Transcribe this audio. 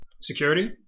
Security